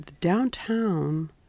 downtown